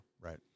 right